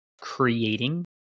creating